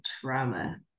trauma